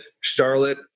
Charlotte